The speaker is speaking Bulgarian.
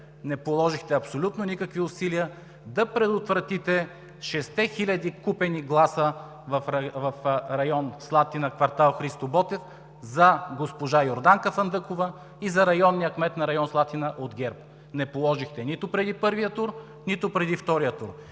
не положихте абсолютно никакви усилия да предотвратите 6-те хиляди купени гласа в район „Слатина“, кв. „Христо Ботев“ за госпожа Йорданка Фандъкова и за районния кмет на район „Слатина“ от ГЕРБ, не положихте нито преди първия тур, нито преди втория тур.